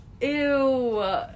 ew